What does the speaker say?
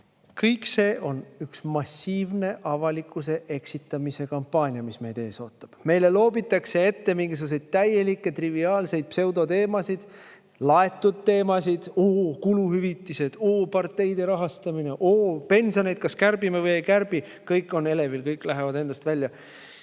Kõik see on üks massiivne avalikkuse eksitamise kampaania, mis meid ees ootab. Meile loobitakse ette mingisuguseid täielikult triviaalseid pseudoteemasid, laetud teemasid: oo, kuluhüvitised, oo, parteide rahastamine, oo, kas pensioneid kärbime või ei kärbi? Kõik on elevil, kõik lähevad endast välja.